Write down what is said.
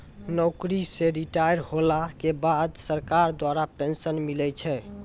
नौकरी से रिटायर होला के बाद सरकार द्वारा पेंशन मिलै छै